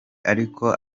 ariko